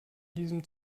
diesem